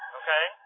okay